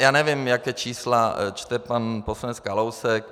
Já nevím, jaká čísla čte pan poslanec Kalousek.